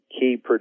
Key